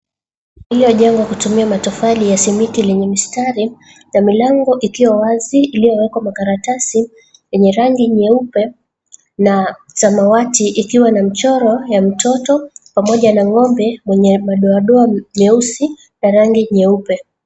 Iliyojengwa kutumia matofali ya simiti lenye mstari, na milango ikiwa wazi iliyowekwa makaratasi yenye rangi nyeupe na samawati, ikiwa na mchoro ya mtoto, pamoja na ng'ombe mwenye madoadoa nyeusi na rangi nyeupe.